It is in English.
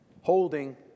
holding